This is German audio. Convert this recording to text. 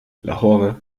lahore